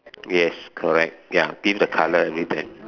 yes correct ya give the colour in red pen